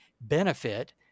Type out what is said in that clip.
benefit